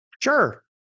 sure